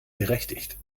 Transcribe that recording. berechtigt